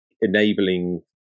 enabling